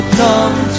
come